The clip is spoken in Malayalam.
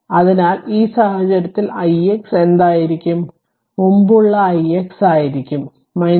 അതിനാൽ ഈ സാഹചര്യത്തിൽ ix എന്തായിരിക്കും മുമ്പുള്ള ix ആയിരിക്കും 3